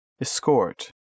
Escort